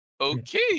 Okay